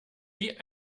wie